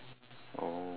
oh